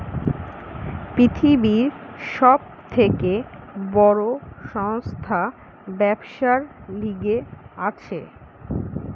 পৃথিবীর সব থেকে বড় সংস্থা ব্যবসার লিগে আছে